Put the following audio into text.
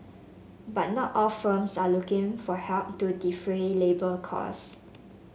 but not all firms are looking for help to defray labour cost